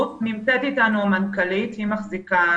נמצאת אתנו המנכ"לית והיא מחזיקה